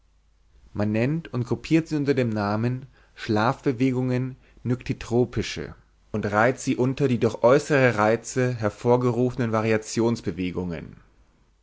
man nennt und gruppiert sie unter dem namen schlafbewegungen nyktitropische und reiht sie unter die durch äußere reize hervorgerufenen